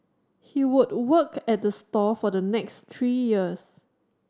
he would work at the store for the next three years